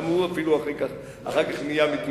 גם הוא אפילו נהיה אחר כך מתנחל.